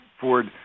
Ford